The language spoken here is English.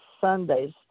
Sundays